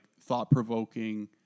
thought-provoking